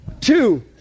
Two